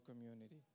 community